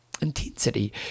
intensity